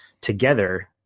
together